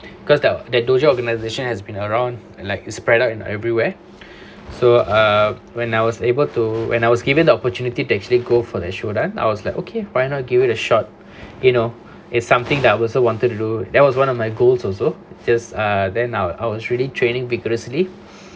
because the that dojo organisation has been around like spread out in everywhere so err when I was able to when I was given the opportunity to actually go for the show then I was like okay why not give it a shot you know it's something that I also wanted to do that was one of my goals also just ah then I was I was really training vigorously